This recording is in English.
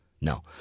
No